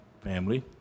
family